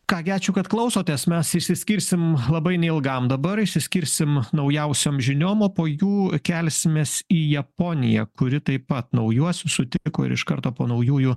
ką gi ačiū kad klausotės mes išsiskirsim labai neilgam dabar išsiskirsim naujausiom žiniom o po jų kelsimės į japoniją kuri taip pat naujuosius sutiko ir iš karto po naujųjų